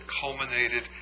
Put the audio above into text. culminated